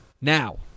now